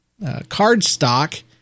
cardstock